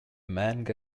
manga